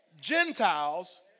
Gentiles